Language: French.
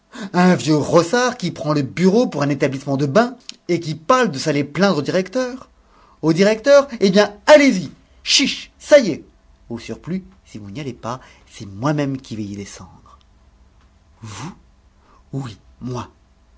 un vieux rossard qui prend le bureau pour un établissement de bains et qui parle de s'aller plaindre au directeur au directeur en bien allez-y chiche ça y est au surplus si vous n'y allez pas c'est moi-même qui vais y descendre vous oui moi